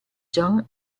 john